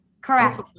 Correct